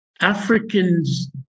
Africans